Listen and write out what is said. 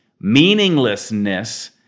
meaninglessness